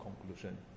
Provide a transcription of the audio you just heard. conclusion